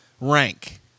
rank